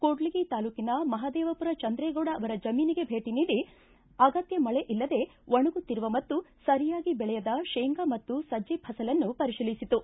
ಕೂಡ್ಲಿಗಿ ತಾಲೂಕಿನ ಮಹದೇವಪುರ ಚಂದ್ರೇಗೌಡ ಅವರ ಜಮೀನಿಗೆ ಭೇಟಿ ನೀಡಿ ಅಗತ್ಯ ಮಳೆ ಇಲ್ಲದೆ ಒಣಗುತ್ತಿರುವ ಮತ್ತು ಸರಿಯಾಗಿ ಬೆಳೆಯದ ಶೇಂಗಾ ಮತ್ತು ಸಜ್ಜೆ ಫಸಲನ್ನು ಪರಿಶೀಲಿಸಿತು